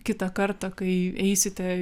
kitą kartą kai eisite